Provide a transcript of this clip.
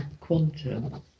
Quantum